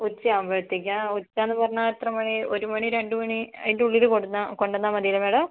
ഉച്ച ആവുമ്പോഴത്തേക്കാണോ ഉച്ച എന്ന് പറഞ്ഞാൽ എത്ര മണി ഒരു മണി രണ്ട് മണി അതിന്റെ ഉള്ളിൽ കൊണ്ടുവന്നാൽ കൊണ്ടുവന്നാൽ മതി അല്ലേ മാഡം